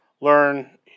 learn